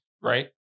right